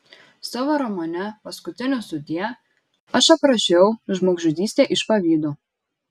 savo romane paskutinis sudie aš aprašiau žmogžudystę iš pavydo